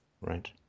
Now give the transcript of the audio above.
Right